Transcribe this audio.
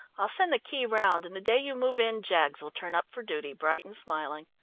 i'll send the key round, and the day you move in, jaggs will turn up for duty, bright and smiling.